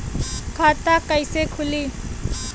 खाता कईसे खुली?